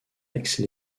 aix